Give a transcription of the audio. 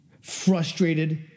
frustrated